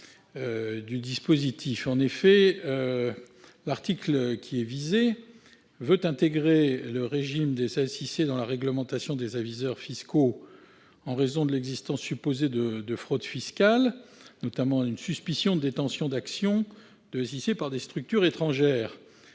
En effet, par cet article, il s'agit d'intégrer le régime des SIIC dans la réglementation des aviseurs fiscaux, en raison de l'existence supposée de fraude fiscale, notamment une suspicion de détention d'actions de SIIC par des structures étrangères.